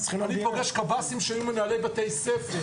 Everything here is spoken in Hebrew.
אני פוגש קב"סים שהיו מנהלי בתי ספר.